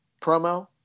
promo